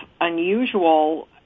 unusual